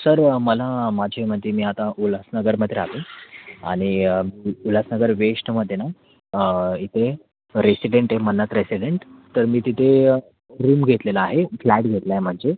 sir मला माझ्या मते मी आता उल्हासनगरमध्ये राहतो आणि उल्हासनगर वेश्टमध्ये ना इथे रेसिडेंट आहे मन्नत रेसिडेंट तर मी तिथे रूम घेतलेला आहे फ्लॅट घेतला आहे म्हणजे